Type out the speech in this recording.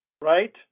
right